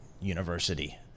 University